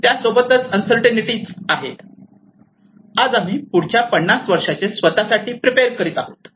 त्याचप्रमाणे उन्सर्टऐनटीएस आज आम्ही पुढचे 50 वर्षाचे स्वतःसाठी प्रिरिपेअर करीत आहोत